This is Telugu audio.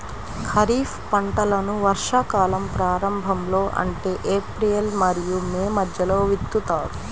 ఖరీఫ్ పంటలను వర్షాకాలం ప్రారంభంలో అంటే ఏప్రిల్ మరియు మే మధ్యలో విత్తుతారు